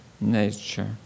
nature